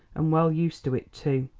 and well used to it, too.